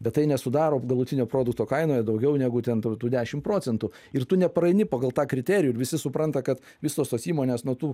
bet tai nesudaro galutinio produkto kainoje daugiau negu ten tų tų dešim procentų ir tu nepraeini pagal tą kriterijų ir visi supranta kad visos tos įmonės nuo tų